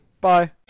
Bye